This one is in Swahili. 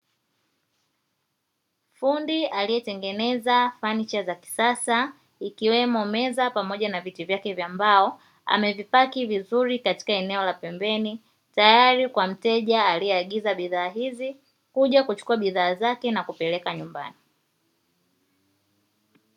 Fundi aliyetengeneza fanicha za kisasa ikiwemo meza pamoja na viti vyake vya mbao amevipaki vizuri katika eneo la pembeni. Tayari kwa mteja aliyeagiza bidhaa hizi kuja kuchukua bidhaa zake na kupeleka nyumbani.